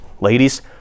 ladies